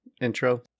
intro